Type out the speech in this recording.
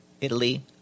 Italy